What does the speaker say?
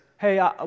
hey